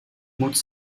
moet